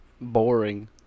Boring